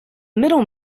middle